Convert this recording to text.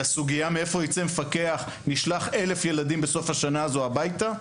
על הסוגייה מאיפה יצא מפקח נשלח 1,000 ילדים בסוף השנה הזו הביתה?